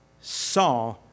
saw